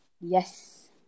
Yes